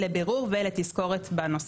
לבירור ולתזכורת בנושא.